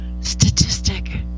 statistic